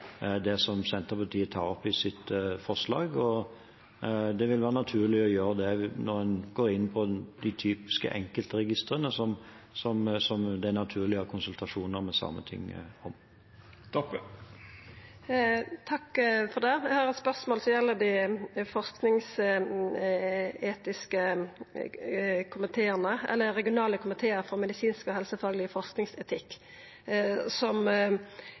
det som Senterpartiet tar opp i sitt forslag, og det vil være naturlig å gjøre det når en går inn på de typiske enkeltregistrene som det er naturlig å ha konsultasjoner med Sametinget om. Takk for det. Eg har eit spørsmål som gjeld dei forskingsetiske komiteane, eller Regionale komitear for medisinsk og helsefagleg forskingsetikk, som